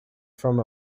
from